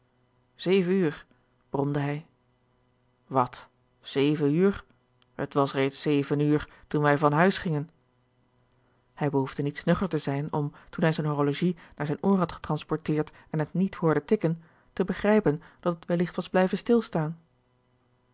zeven uur bromde hij wat zeven uur het was reeds zeven uur toen wij van huis gingen hij behoefde niet snugger te zijn om toen hij zijn horologie naar zijn oor had getransporteerd en het niet hoorde tikken te begrijpen dat het welligt was blijven stilstaan